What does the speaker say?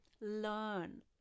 learn